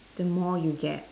the more you get